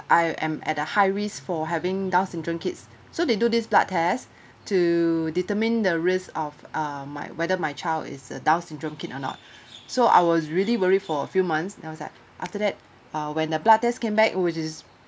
I am at a high risk for having down syndrome kids so they do this blood test to determine the risk of uh my whether my child is a down syndrome kid or not so I was really worry for a few months then I was like after that uh when the blood test came back which is